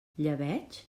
llebeig